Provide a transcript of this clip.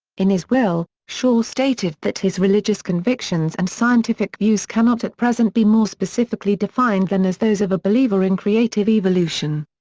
in his will, shaw stated that his religious convictions and scientific views cannot at present be more specifically defined than as those of a believer in creative evolution.